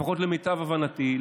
לפחות למיטב הבנתי,